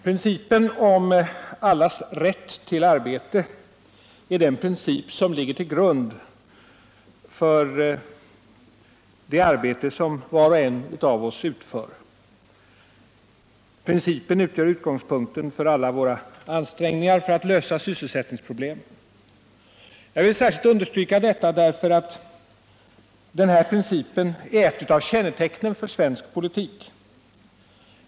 Principen om allas rätt till arbete är den princip som ligger till grund för det arbete som var och en av oss utför i vår politikergärning. Principen utgör utgångspunkten för alla våra ansträngningar för att lösa sysselsättningsproblemen. Jag vill särskilt understryka detta därför att denna princip är ett av kännetecknen för svensk politik.